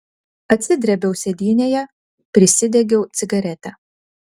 atsidrėbiau sėdynėje prisidegiau cigaretę